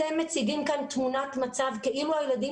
אתם מציגים כאן תמונת מצב כאילו הילדים